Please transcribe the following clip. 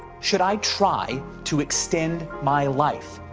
should i try to extend my life?